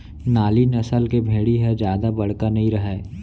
नाली नसल के भेड़ी ह जादा बड़का नइ रहय